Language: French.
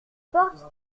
porte